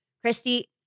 Christy